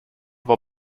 war